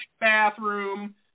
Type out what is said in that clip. bathroom